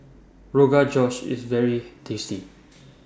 Rogan Josh IS very tasty